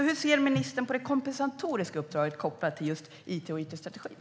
Hur ser ministern på det kompensatoriska uppdraget kopplat till it och it-strategin?